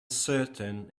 certain